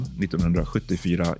1974